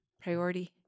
priority